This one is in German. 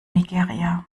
nigeria